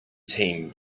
team